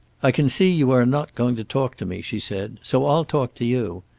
i can see you are not going to talk to me, she said. so i'll talk to you.